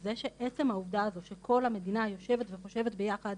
בזה שעצם העובדה הזאת שכל המדינה יושבת וחושבת ביחד